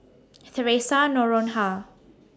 Theresa Noronha